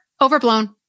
overblown